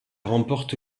remporte